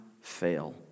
fail